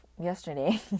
yesterday